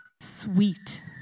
sweet